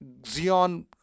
Xeon